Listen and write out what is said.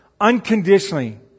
unconditionally